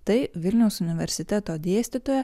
tai vilniaus universiteto dėstytoja